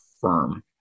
firm